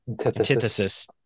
Antithesis